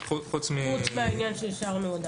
חוץ מהעניין שהשארנו עדיין.